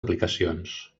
aplicacions